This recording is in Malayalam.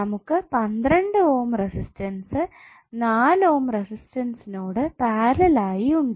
നമുക്ക് 12 ഓം റെസിസ്റ്റൻസ് 4 ഓം റെസിസ്റ്റൻസിനോട് പാരലൽ ആയി ഉണ്ട്